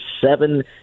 seven